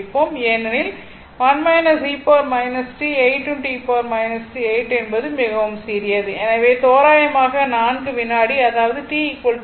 ஏனெனில் 1 e t 8 e t 8 என்பது மிகவும் சிறியது எனவே தோராயமாக 4 வினாடி அதாவது t 4